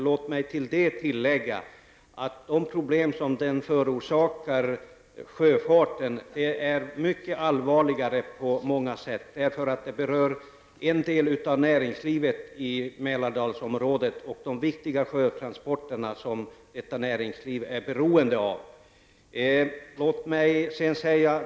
Låt mig emellertid tillägga att de problem som detta har förorsakat sjöfarten på många sätt är mycket allvarligare, eftersom detta berör en del av näringslivet i Mälardalsområdet och de viktiga sjötransporterna som detta näringsliv är beroende av.